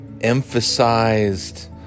emphasized